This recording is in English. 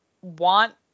want